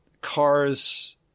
Cars